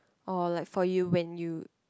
orh like for you when you